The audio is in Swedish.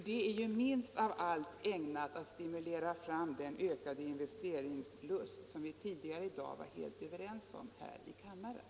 Det är ju minst av allt ägnat att stimulera fram den ökade investeringslust, som vi tidigare i dag var helt överens om här i kammaren.